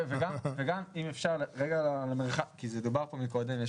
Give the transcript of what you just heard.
וגם על האפשרות של